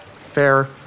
fair